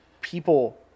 People